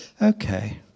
Okay